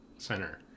center